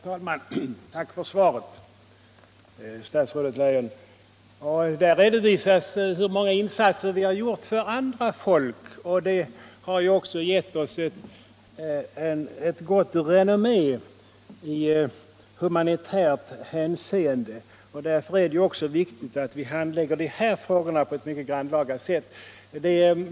Herr talman! Tack för svaret, statsrådet Leijon! Där redovisas hur många insatser vi har gjort för andra folk. Detta har ju också gett oss ett gott renommé i humanitärt hänseende. Därför är det viktigt att vi handlägger de här frågorna på ett mycket grannlaga sätt.